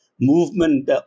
movement